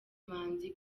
imanzi